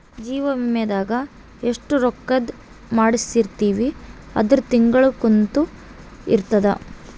ಜೀವ ವಿಮೆದಾಗ ಎಸ್ಟ ರೊಕ್ಕಧ್ ಮಾಡ್ಸಿರ್ತಿವಿ ಅದುರ್ ತಿಂಗಳ ಕಂತು ಇರುತ್ತ